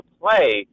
play